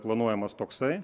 planuojamas toksai